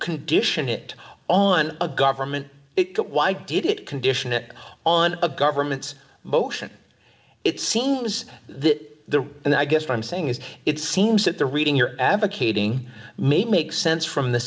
condition it on a government it why did it condition it on the government's motion it seems that the and i guess what i'm saying is it seems that the reading you're advocating may make sense from the